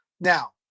Now